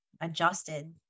adjusted